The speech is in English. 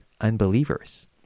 unbelievers